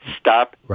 Stop